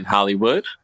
Hollywood